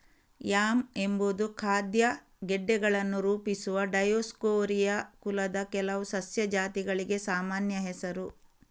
yam ಎಂಬುದು ಖಾದ್ಯ ಗೆಡ್ಡೆಗಳನ್ನು ರೂಪಿಸುವ ಡಯೋಸ್ಕೋರಿಯಾ ಕುಲದ ಕೆಲವು ಸಸ್ಯ ಜಾತಿಗಳಿಗೆ ಸಾಮಾನ್ಯ ಹೆಸರು